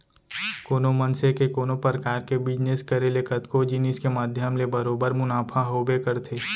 कोनो मनसे के कोनो परकार के बिजनेस करे ले कतको जिनिस के माध्यम ले बरोबर मुनाफा होबे करथे